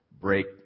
break